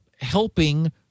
helping